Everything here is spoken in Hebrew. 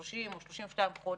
ה-30 או 32 חודש,